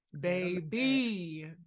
baby